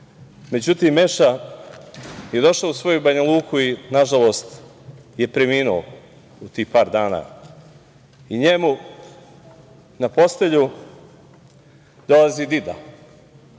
Međutim, Meša je došao u svoju Banjaluku i nažalost je preminuo u tih par dana i njemu na postelju dolazi Dida